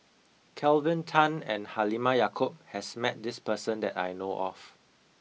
Kelvin Tan and Halimah Yacob has met this person that I know of